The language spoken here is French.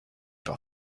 pain